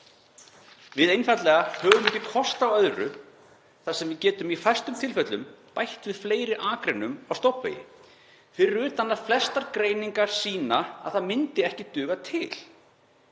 einfaldlega ekki kost á öðru þar sem við getum í fæstum tilfellum bætt við fleiri akreinum á stofnvegi, fyrir utan að flestar greiningar sýna að það myndi ekki duga til.